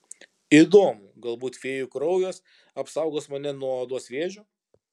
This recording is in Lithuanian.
įdomu galbūt fėjų kraujas apsaugos mane nuo odos vėžio